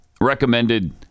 recommended